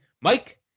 Mike